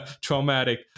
traumatic